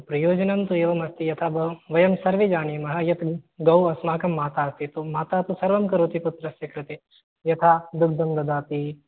प्रयोजनं तु एवमस्ति यथा भव् वयं सर्वे जानीमः यत् गौ अस्माकं माता अस्ति तु माता तु सर्वं करोति पुत्रस्य कृते यथा दुग्धं ददाति